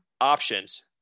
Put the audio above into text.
options